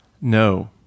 No